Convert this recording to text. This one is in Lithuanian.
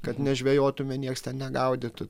kad ne žvejotume nieks ten negaudytų